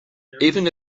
even